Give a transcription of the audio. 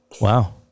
Wow